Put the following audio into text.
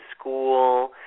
school